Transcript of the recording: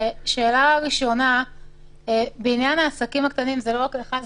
שאלה ראשונה בעניין העסקים הקטנים, וזה לא רק לך.